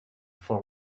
for